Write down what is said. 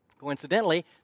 Coincidentally